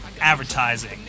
advertising